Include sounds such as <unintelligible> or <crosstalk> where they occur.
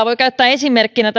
<unintelligible> voi käyttää esimerkkinä <unintelligible>